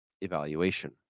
evaluation